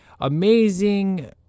amazing